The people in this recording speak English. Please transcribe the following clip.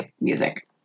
music